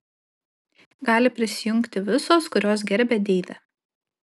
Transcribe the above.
gali prisijungti visos kurios gerbia deivę